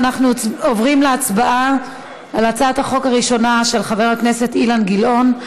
אנחנו עוברים להצבעה על הצעת החוק הראשונה של חבר הכנסת אילן גילאון,